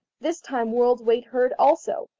this time world's-weight heard also,